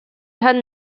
had